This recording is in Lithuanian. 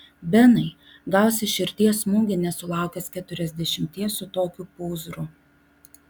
benai gausi širdies smūgį nesulaukęs keturiasdešimties su tokiu pūzru